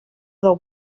del